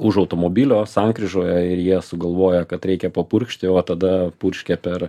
už automobilio sankryžoje ir jie sugalvoja kad reikia papurkšti o tada purškia per